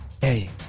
Hey